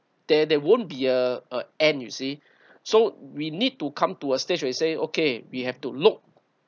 there there won't be uh a end you see so we need to come to a stage where you say okay we have to look